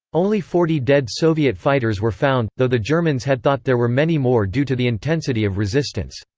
only forty dead soviet fighters were found, though the germans had thought there were many more due to the intensity of resistance.